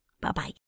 Bye-bye